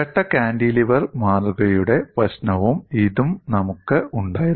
ഇരട്ട കാന്റിലിവർ മാതൃകയുടെ പ്രശ്നവും ഇതും നമുക്ക് ഉണ്ടായിരുന്നു